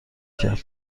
کرد